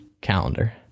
calendar